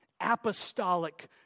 apostolic